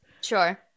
sure